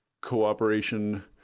cooperation